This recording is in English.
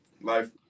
Life